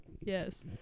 Yes